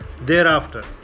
thereafter